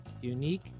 unique